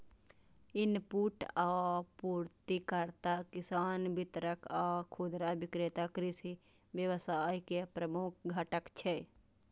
input आपूर्तिकर्ता, किसान, वितरक आ खुदरा विक्रेता कृषि व्यवसाय के प्रमुख घटक छियै